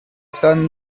cents